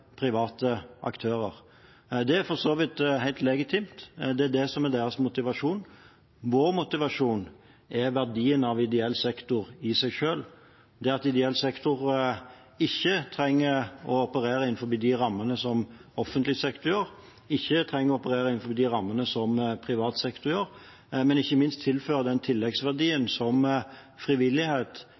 private aktører. Det er for så vidt helt legitimt, det er deres motivasjon. Vår motivasjon er verdien av ideell sektor i seg selv – at ideell sektor ikke trenger å operere innenfor de rammene som offentlig sektor gjør, ikke trenger å operere innenfor de rammene som privat sektor gjør, og ikke minst at de tilfører den tilleggsverdien som frivillighet